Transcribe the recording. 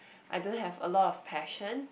I don't have a lot of passion